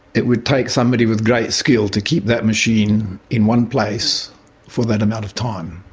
it would take somebody with great skill to keep that machine in one place for that amount of time.